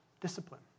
discipline